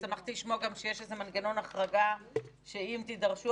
שמחתי לשמוע גם שיש איזה מנגנון החרגה אם תידרשו